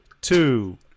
two